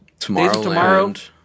Tomorrowland